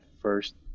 first